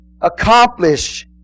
accomplish